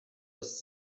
aus